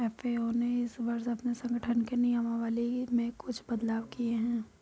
FAO ने इस वर्ष अपने संगठन के नियमावली में कुछ बदलाव किए हैं